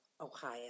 Ohio